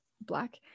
black